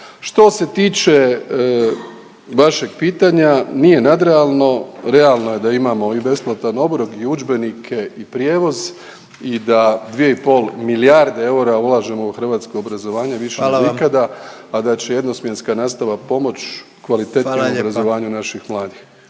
Što se tiče vašeg pitanja nije nadrealno, realno je da imamo i besplatan obrok, i udžbenike i prijevoz i da 2,5 milijarde eura ulažemo u hrvatsko obrazovanje…/Upadica predsjednik: Hvala vam./…više nego ikada, a da